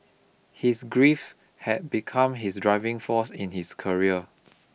his grief had become his driving force in his career